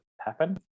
happen